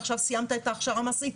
עכשיו סיימת את ההכשרה המעשית,